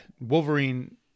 Wolverine